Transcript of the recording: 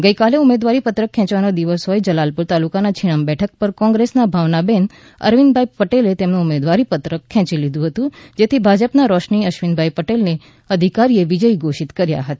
ગઇકાલે ઉમેદવારીપત્રક ખેંચવાનો દિવસ હોય જલાલપોર તાલુકાના છીણમ બેઠક પર કોગ્રેસના ભાવના અરવિંદ પટેલ તેમનુ ઉમેદવારી પત્રક ખેંચી જતા ભાજપના રોશની અશ્વિન પટેલને અધિકારીએ વિજયી ઘોષિત કર્યા હતા